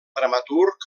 dramaturg